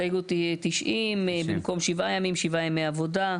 ההסתייגות היא 90. במקום "7 ימים" יבוא "7 ימי עבודה".